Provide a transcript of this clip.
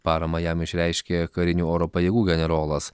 paramą jam išreiškė karinių oro pajėgų generolas